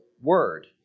word